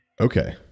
Okay